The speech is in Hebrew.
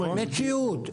המציאות.